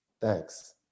Thanks